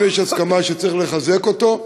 אם יש הסכמה שצריך לחזק אותו,